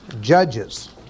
Judges